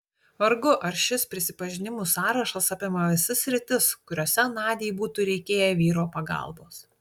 vargu ar šis prisipažinimų sąrašas apima visas sritis kuriose nadiai būtų reikėję vyro pagalbos